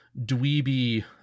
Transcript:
dweeby